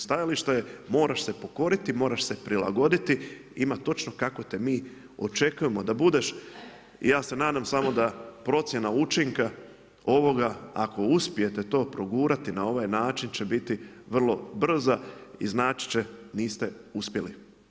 Stajalište je moraš se pokoriti, moraš se prilagoditi, ima točno kako te mi očekujemo da budeš i ja se nadam samo da procjena učinka ovoga ako uspijete to progurati na ovaj način će biti vrlo brza i znači će niste uspjeli.